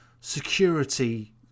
security